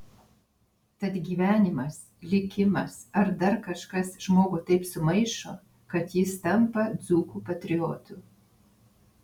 tad gyvenimas likimas ar dar kažkas žmogų taip sumaišo kad jis tampa dzūkų patriotu